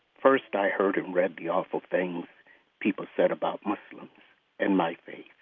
first i heard and read the awful things people said about muslims and my faith.